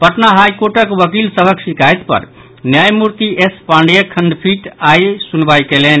पटना हाईकोर्टक वकील सभक शिकायत पर न्यायमूर्ति एस पांडेयक खंडपीठ आइ सुनवाई कयलनि